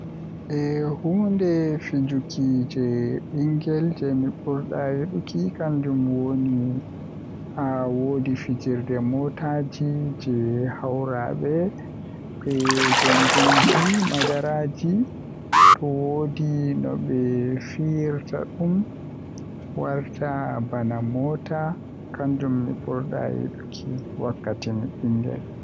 Eh hunde fijuki jei bingel jei mi burdaa yiduki kanjum woni haa wodi fijide mootaaji jei be hawrata be gongonji madaraaji do woodi nobe fiyirta dum warta bvana moota kanjum mi burdaa yiduki, wakkati mi bingel.